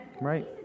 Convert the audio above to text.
Right